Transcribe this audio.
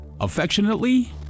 affectionately